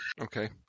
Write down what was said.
Okay